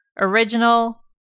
original